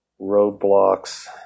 roadblocks